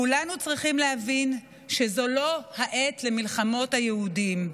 כולנו צריכים להבין שזו לא העת למלחמות היהודים,